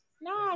No